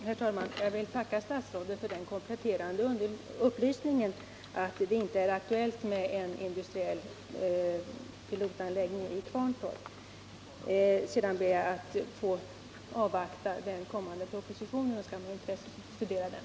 Herr talman! Jag vill tacka statsrådet för den kompletterande upplysningen att det inte är aktuellt med en industriell pilotanläggning i Kvarntorp. Sedan ber jag att få avvakta den kommande propositionen, och jag skall med intresse studera den.